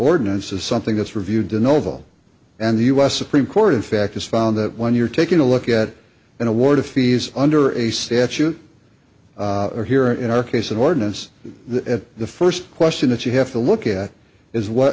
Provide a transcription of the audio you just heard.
ordinance is something that's reviewed to no avail and the u s supreme court in fact has found that when you're taking a look at an award of fees under a statute or here in our case an ordinance that the first question that you have to look at is what